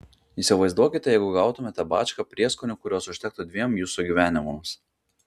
įsivaizduokite jeigu gautumėte bačką prieskonių kurios užtektų dviem jūsų gyvenimams